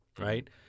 right